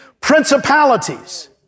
principalities